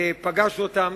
פגשנו אותם,